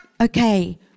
okay